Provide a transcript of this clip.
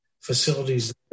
facilities